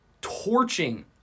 torching